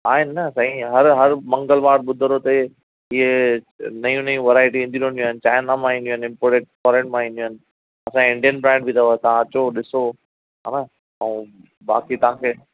आहिनि न साईं हर हर मंगलवार ॿुधर ते इहे नयूं नयूं वराइटियूं ईंदियूं रहंदियूं आहिनि चाइना मां ईंदियूं आहिनि इम्पोटैंट फोरन मां ईंदियूं आहिनि असांजे इंडिअन ब्रैंड बि अथव तव्हां अचो ॾिसो हा ऐं बाक़ी तव्हां खे